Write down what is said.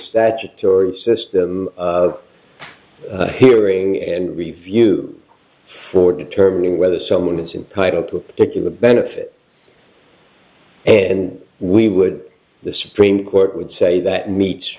statutory system of hearing and review for determining whether someone is entitle to a particular benefit and we would the supreme court would say that meets